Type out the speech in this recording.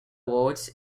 words